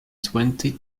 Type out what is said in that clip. twenty